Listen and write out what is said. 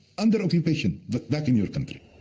under occupation, but back in your country.